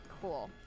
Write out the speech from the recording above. Cool